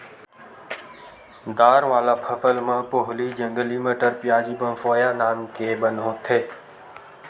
दार वाला फसल म पोहली, जंगली मटर, प्याजी, बनसोया नांव के बन होथे